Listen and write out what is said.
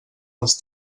els